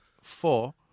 Four